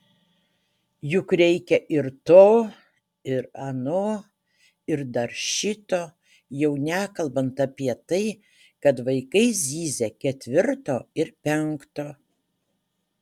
juk reikia ir to ir ano ir dar šito jau nekalbant apie tai kad vaikai zyzia ketvirto ir penkto